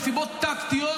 -- היא מסיבות טקטיות,